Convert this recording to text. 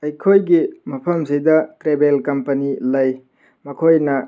ꯑꯩꯈꯣꯏꯒꯤ ꯃꯐꯝꯁꯤꯗ travel company ꯂꯩ ꯃꯈꯣꯏꯅ